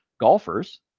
golfers